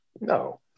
No